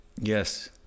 Yes